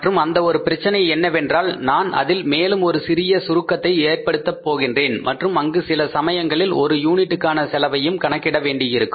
மற்றும் அந்த ஒரு பிரச்சனை என்னவென்றால் நான் அதில் மேலும் ஒரு சிறிய சுருக்கத்தை ஏற்படுத்த போகின்றேன் மற்றும் அங்கு சில சமயங்களில் ஒரு யூனிட்டுக்கான செலவையும் கணக்கிட வேண்டியிருக்கும்